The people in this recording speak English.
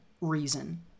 reason